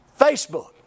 Facebook